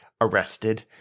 Arrested